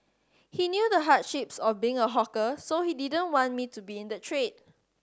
he knew the hardships of being a hawker so he didn't want me to be in the trade